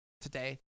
today